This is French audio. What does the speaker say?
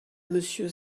monsieur